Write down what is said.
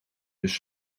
dus